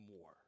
more